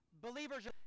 believers